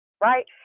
right